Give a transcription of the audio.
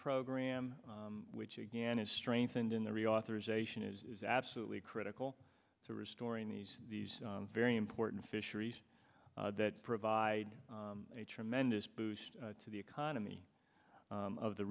program which again is strengthened in the reauthorization is absolutely critical to restoring these these very important fisheries that provide a tremendous boost to the economy of the